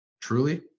truly